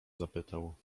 zapytał